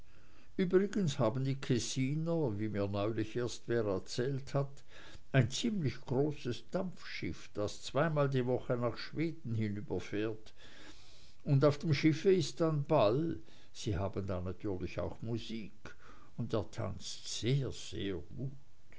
übrigens haben die kessiner wie mir neulich erst wer erzählt hat ein ziemlich großes dampfschiff das zweimal die woche nach schweden hinüberfährt und auf dem schiff ist dann ball sie haben da natürlich auch musik und er tanzt sehr gut